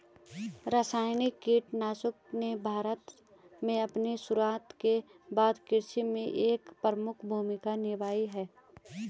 रासायनिक कीटनाशकों ने भारत में अपनी शुरूआत के बाद से कृषि में एक प्रमुख भूमिका निभाई है